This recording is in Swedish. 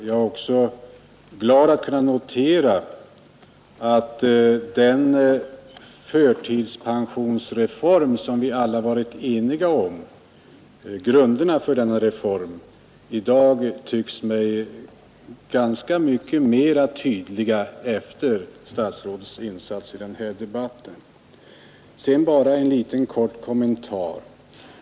Jag är också glad över att kunna notera att grunderna för den förtidspensionsreform som vi alla varit eniga om nu tycks mig ganska mycket tydligare efter statsrådets insatser i denna debatt. Slutligen bara en kort kommentar.